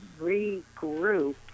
regroup